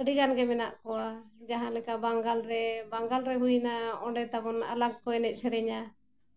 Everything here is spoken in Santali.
ᱟᱹᱰᱤ ᱜᱟᱱ ᱜᱮ ᱢᱮᱱᱟᱜ ᱠᱚᱣᱟ ᱡᱟᱦᱟᱸ ᱞᱮᱠᱟ ᱵᱮᱝᱜᱚᱞ ᱨᱮ ᱵᱮᱝᱜᱚᱞ ᱨᱮ ᱦᱩᱭᱮᱱᱟ ᱚᱸᱰᱮ ᱛᱟᱵᱚᱱ ᱟᱞᱟᱠ ᱠᱚ ᱮᱱᱮᱡ ᱥᱮᱨᱮᱧᱟ